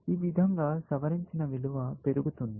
ఈ విధంగా సవరించిన విలువ పెరుగుతుంది